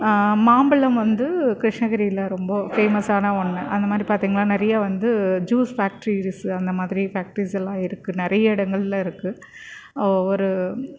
மாம்பழம் வந்து கிருஷ்ணகிரியில் ரொம்ப ஃபேமஸான ஒன்று அந்தமாதிரி பார்த்தீங்கன்னா நிறைய வந்து ஜூஸ் ஃபேக்ட்ரீஸ் அந்தமாதிரி பேக்ட்ரீஸெல்லாம் இருக்குது நிறைய இடங்கள்ல இருக்குது ஒரு